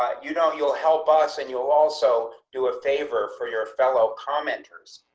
ah you don't. you'll help us. and you'll also do a favor for your fellow commenters